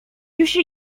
于是